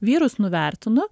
vyrus nuvertinu